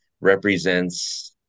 represents